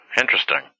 Interesting